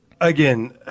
again